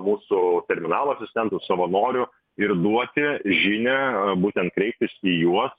mūsų terminalo asistentų savanorių ir duoti žinią būtent kreiptis į juos